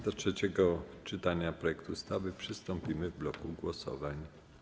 Do trzeciego czytania projektu ustawy przystąpimy w bloku głosowań.